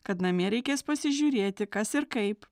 kad namie reikės pasižiūrėti kas ir kaip